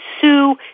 sue